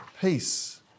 peace